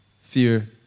Fear